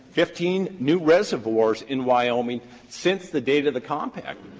fifteen new reservoirs in wyoming since the date of the compact.